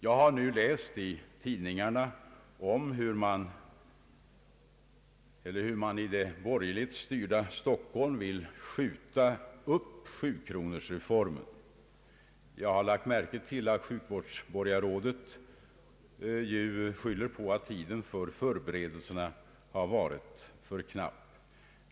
Jag har nu läst i tidningarna hur man i det borgerligt styrda Stockholm vill skjuta upp 7-kronorsreformen. Jag har lagt märke till att sjukvårdsborgarrådet skyller på att tiden för förberedelserna har varit alltför knapp.